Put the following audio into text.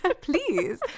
please